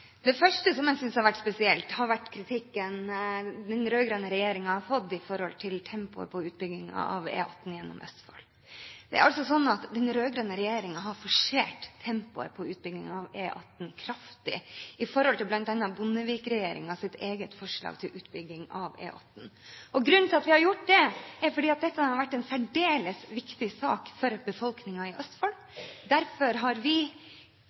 Det første som jeg synes har vært spesielt, har vært kritikken den rød-grønne regjeringen har fått når det gjelder tempoet på utbyggingen av E18 gjennom Østfold. Det er slik at den rød-grønne regjeringen har forsert tempoet på utbyggingen av E18 kraftig i forhold til bl.a. Bondevik-regjeringens eget forslag til utbygging. Grunnen til at vi har gjort det, er at dette har vært en særdeles viktig sak for befolkningen i Østfold. Derfor har vi,